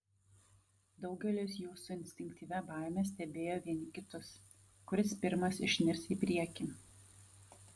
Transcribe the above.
daugelis jų su instinktyvia baime stebėjo vieni kitus kuris pirmas išnirs į priekį